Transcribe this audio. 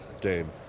game